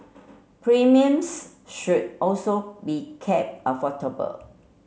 premiums should also be kept affordable